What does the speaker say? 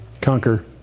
conquer